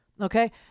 Okay